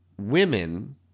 women